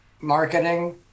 marketing